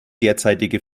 derzeitige